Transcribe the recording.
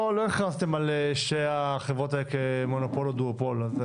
לא הכרזתם על החברות האלה כמונופול או דואופול.